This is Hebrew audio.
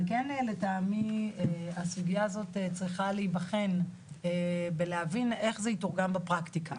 על כן לטעמי הסוגיה הזאת צריכה להיבחן בלהבין איך זה יתורגם בפרקטיקה.